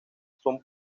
son